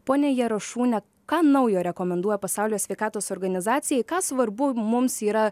pone jarašūne ką naujo rekomenduoja pasaulio sveikatos organizacija ką svarbu mums yra